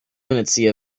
immensity